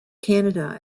canada